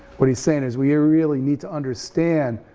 what he's saying is we really need to understand